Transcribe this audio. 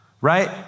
right